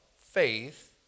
faith